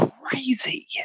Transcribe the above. Crazy